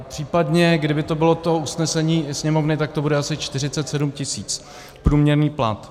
Případně kdyby to bylo to usnesení Sněmovny, tak to bude asi 47 tisíc průměrný plat.